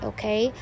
Okay